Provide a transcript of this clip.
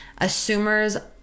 assumers